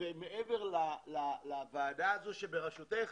ומעבר לוועדה הזאת, שבראשותך,